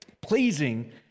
pleasing